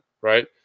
right